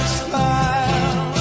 smile